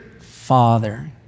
Father